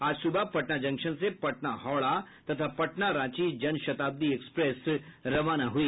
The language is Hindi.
आज सुबह पटना जंक्शन से पटना हावड़ा तथा पटना रांची जनशताब्दी एक्सप्रेस रवाना हुई